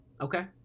Okay